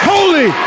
Holy